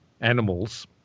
animals